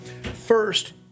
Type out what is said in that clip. first